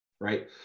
right